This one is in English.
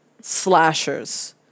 Slashers